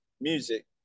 music